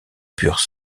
purent